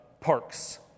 Parks